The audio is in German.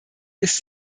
ist